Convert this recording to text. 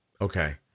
Okay